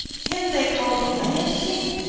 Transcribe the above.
him they call the land king.